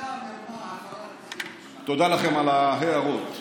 תודה לכם על ההערות.